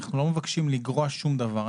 אנחנו לא מבקשים לגרוע שום דבר,